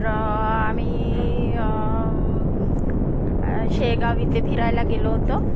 र आम्ही काय शेगाव इथे फिरायला गेलो होतो